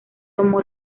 tomó